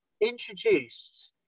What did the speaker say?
introduced